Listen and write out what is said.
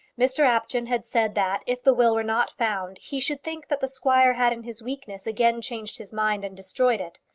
mr apjohn had said that, if the will were not found, he should think that the squire had in his weakness again changed his mind and destroyed it.